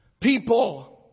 people